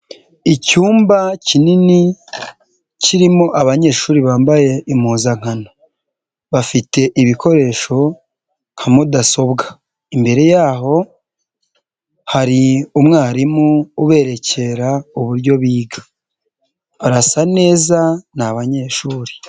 Icyumba kinini kirimo abanyeshuri bambaye impuzankano. Bafite ibikoresho nka mudasobwa. Imbere yaho hari umwarimu uberekera uburyo biga. Barasa neza, ni abanyeshuri.